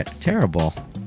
terrible